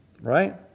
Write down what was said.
right